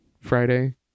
friday